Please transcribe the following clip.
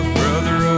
brother